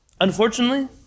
Unfortunately